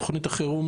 תוכנית החירום